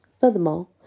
Furthermore